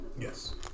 Yes